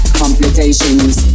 complications